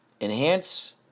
enhance